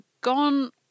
gone